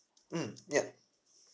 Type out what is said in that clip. mm yup